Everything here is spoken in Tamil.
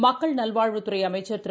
மக்கள் நல்வாழ்வுத்துறைஅமைச்சா் திரு